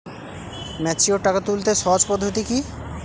Mature টাকা তুলতে সহজ পদ্ধতি কি?